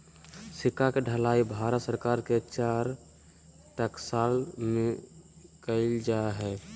सिक्का के ढलाई भारत सरकार के चार टकसाल में कइल जा हइ